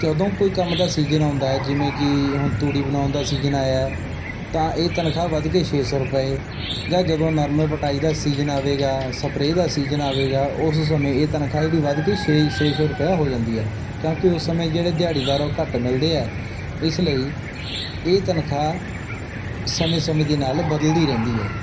ਜਦੋਂ ਕੋਈ ਕੰਮ ਦਾ ਸੀਜ਼ਨ ਆਉਂਦਾ ਜਿਵੇਂ ਕਿ ਹੁਣ ਤੂੜੀ ਬਣਾਉਣ ਦਾ ਸੀਜ਼ਨ ਆਇਆ ਤਾਂ ਇਹ ਤਨਖਾਹ ਵੱਧ ਕੇ ਛੇ ਸੌ ਰੁਪਏ ਜਾਂ ਜਦੋਂ ਨਰਮੇ ਪਟਾਈ ਦਾ ਸੀਜ਼ਨ ਆਵੇਗਾ ਸਪਰੇ ਦਾ ਸੀਜ਼ਨ ਆਵੇਗਾ ਉਸ ਸਮੇਂ ਇਹ ਤਨਖਾਹ ਜਿਹੜੀ ਵੱਧ ਕੇ ਛੇ ਛੇ ਸੌ ਰੁਪਿਆ ਹੋ ਜਾਂਦੀ ਹੈ ਕਿਉਂਕਿ ਉਸ ਸਮੇਂ ਜਿਹੜੇ ਦਿਹਾੜੀਦਾਰ ਉਹ ਘੱਟ ਮਿਲਦੇ ਹੈ ਇਸ ਲਈ ਇਹ ਤਨਖਾਹ ਸਮੇਂ ਸਮੇਂ ਦੇ ਨਾਲ ਬਦਲਦੀ ਰਹਿੰਦੀ ਹੈ